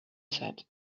said